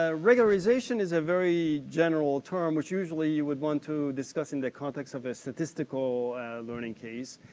ah rigorization is a very general term, which usually you would want to discuss in the context of a statistical learning case.